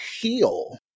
heal